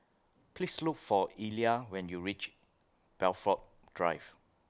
Please Look For Elia when YOU REACH Blandford Drive